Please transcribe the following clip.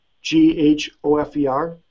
G-H-O-F-E-R